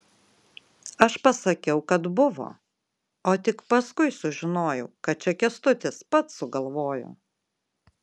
aš pasakiau kad buvo o tik paskui sužinojau kad čia kęstutis pats sugalvojo